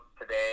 today